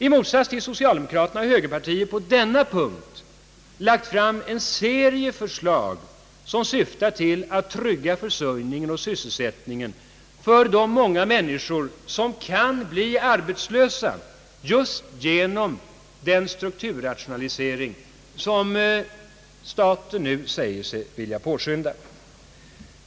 I motsats till socialdemokraterna har högerpartiet på denna punkt lagt fram en serie förslag som syftar till att trygga försörjningen och sysselsättningen för de många människor, som kan bli arbetslösa just genom den strukturrationalisering som staten nu säger sig vilja påskynda.